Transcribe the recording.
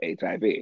HIV